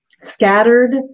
scattered